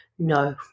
No